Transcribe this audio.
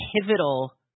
pivotal